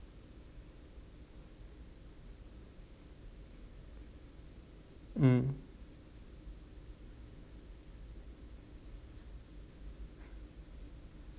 mm